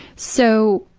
so,